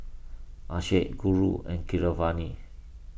Akshay Guru and Keeravani